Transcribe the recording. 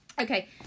Okay